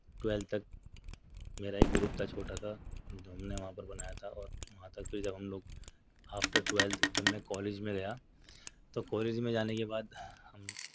twelfth تک میرا ایک گروپ تھا چھوٹا سا جو ہم نے وہاں پر بنایا تھا اور وہاں تک پھر جب ہم لوگ آفٹر ٹویلتھ جب میں کالج میں گیا تو کالج میں جانے کے بعد ہم